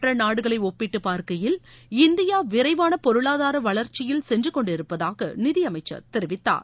மற்ற நாடுகளை ஒப்பிட்டு பார்க்கையில் இந்தியா விரைவான பொருளாதார வளர்ச்சியில் சென்று கொண்டிருப்பதாக நிதியமைச்சர் தெரிவித்தார்